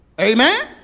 amen